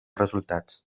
resultats